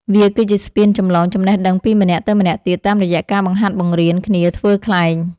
វាគឺជាស្ពានចម្លងចំណេះដឹងពីម្នាក់ទៅម្នាក់ទៀត តាមរយៈការបង្ហាត់បង្រៀនគ្នាធ្វើខ្លែង។